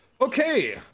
Okay